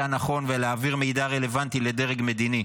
הנכון ולהעביר מידע רלוונטי לדרג מדיני".